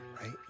right